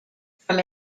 from